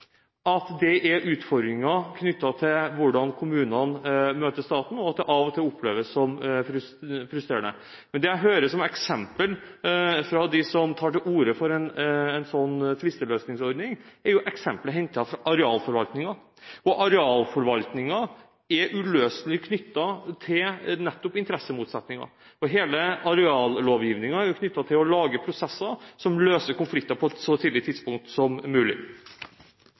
at det er utfordringer knyttet til hvordan kommunene møter staten, og at det av og til oppleves som frustrerende. Men det jeg hører som eksempel fra dem som tar til orde for en slik tvisteløsningsordning, er jo hentet fra arealforvaltningen. Arealforvaltningen er uløselig knyttet til nettopp interessemotsetninger, og hele areallovgivningen er jo knyttet til å lage prosesser som løser konflikter på et så tidlig tidspunkt som mulig.